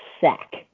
Sack